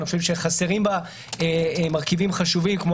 אני חושב שחסרים בה מרכיבים חשובים כמו